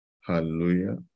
Hallelujah